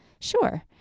sure